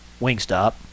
Wingstop